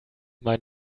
mein